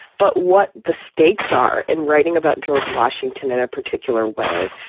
but what the stakes are in writing about george washington in a particular way.